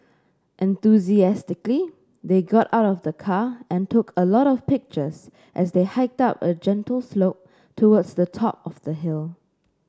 enthusiastically they got out of the car and took a lot of pictures as they hiked up a gentle slope towards the top of the hill